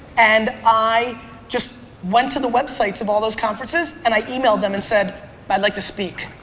and i just went to the websites of all those conferences and i emailed them and said i'd like to speak.